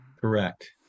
Correct